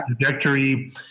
trajectory